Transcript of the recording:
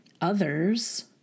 others